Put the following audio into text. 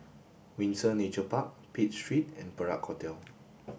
Windsor Nature Park Pitt Street and Perak Hotel